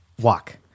Walk